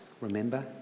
remember